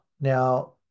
Now